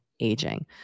aging